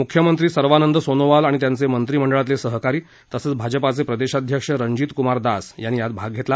मुख्यमंत्री सर्वानंद सोनोवाल आणि त्यांचे मंत्री मंडळातले सहकारी तसंच भाजपा प्रदेशाध्यक्ष रंजित कुमार दास यांनी यात भाग घेतला